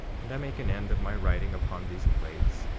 and i make an end of my writing upon these plates,